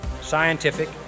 scientific